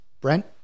Brent